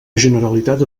generalitat